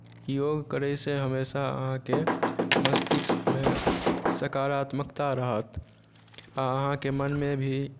योग करैसँ हमेशा अहाँके मस्तिष्कमे सकारात्मकता रहत आओर अहाँके मोनमे भी